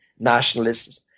nationalisms